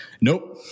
Nope